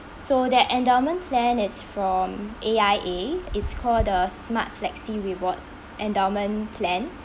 so that endowment plan it's from A_I_A it's called the smart flexi rewards endowment plan